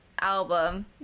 album